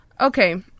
okay